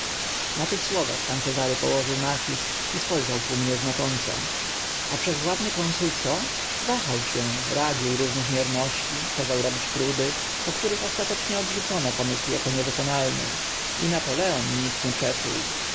na tych słowach pan cezary położył nacisk i spo rzał ku mnie znacząco a wszechwładny konsul co wahał się radził różnych mierności kazał robić próby po których ostatecznie odrzucono pomysł ako niewykonalny i napoleon nic nie przeczuł